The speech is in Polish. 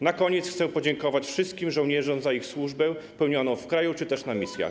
Na koniec chcę podziękować wszystkim żołnierzom za ich służbę pełnioną w kraju czy też na misjach.